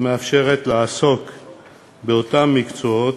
המאפשרת לעסוק באותם מקצועות,